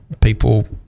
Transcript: people –